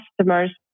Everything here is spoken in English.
customers